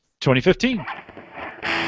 2015